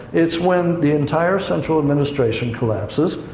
it's when the entire central administration collapses.